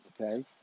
Okay